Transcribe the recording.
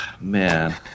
Man